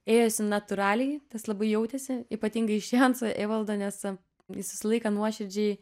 ėjosi natūraliai tas labai jautėsi ypatingai iš janso evaldo nes jis visą laiką nuoširdžiai